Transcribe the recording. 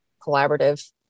collaborative